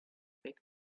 big